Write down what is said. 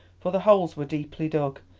for the holes were deeply dug,